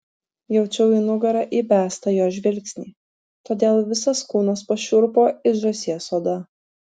jaučiau į nugarą įbestą jo žvilgsnį todėl visas kūnas pašiurpo it žąsies oda